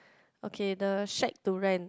okay the shade to rent